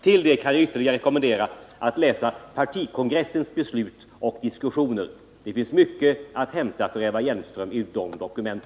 Vidare kan jag rekommendera läsning av partikongressens beslut och diskussioner. Det finns mycket för Eva Hjelmström att hämta i dessa dokument.